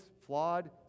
flawed